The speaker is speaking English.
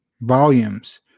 Volumes